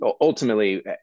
ultimately